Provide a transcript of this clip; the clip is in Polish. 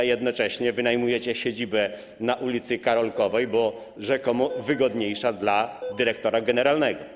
A jednocześnie wynajmujecie siedzibę na ul. Karolkowej, bo rzekomo jest wygodniejsza dla dyrektora generalnego.